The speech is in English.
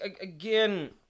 again